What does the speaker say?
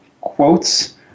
quotes